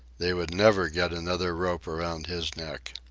they would never get another rope around his neck.